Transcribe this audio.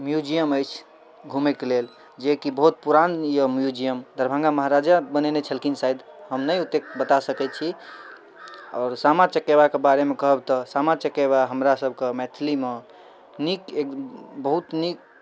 museum अछि घुमैके लेल जे कि बहुत पुरान अइ म्युजियम दरभङ्गा महाराजा बनेने छलखिन शायद हम नहि ओतेक बता सकै छी आओर सामा चकेबाके बारेमे कहब तऽ सामा चकेबा हमरा सभके मैथिलीमे नीक एक बहुत नीक